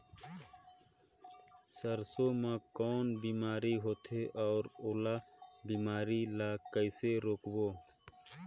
सरसो मा कौन बीमारी होथे अउ ओला बीमारी ला कइसे रोकबो?